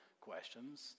questions